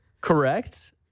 Correct